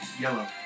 Yellow